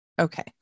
okay